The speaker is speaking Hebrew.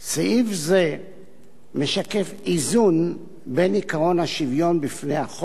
סעיף זה משקף איזון בין עקרון השוויון בפני החוק,